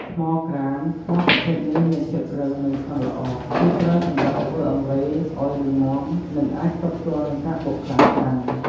ថ្មក្រានថ្មប្រភេទនេះមានភាពរឹង និងធន់ល្អ គេប្រើសម្រាប់ធ្វើអង្រែឲ្យរឹងមាំ និងអាចទប់ទល់នឹងការបុកខ្លាំងៗ។